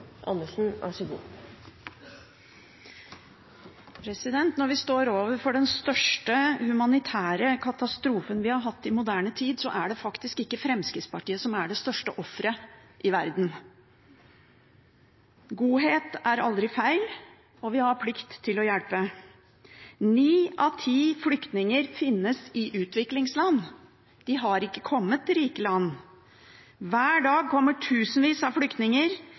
det faktisk ikke Fremskrittspartiet som er det største offeret i verden. Godhet er aldri feil, og vi har plikt til å hjelpe. Ni av ti flyktninger finnes i utviklingsland. De har ikke kommet til rike land. Hver dag kommer tusenvis av flyktninger